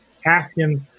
Haskins